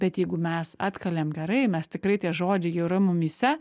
bet jeigu mes atkaliam gerai mes tikrai tie žodžiai yra mumyse